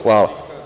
Hvala.